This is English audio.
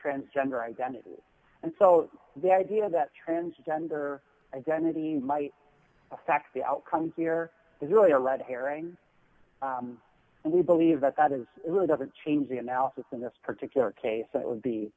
transgender identity and so the idea that transgender identity might affect the outcome here is really a red herring and we believe that that is it really doesn't change the analysis in this particular case it would be